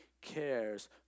cares